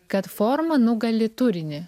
kad forma nugali turinį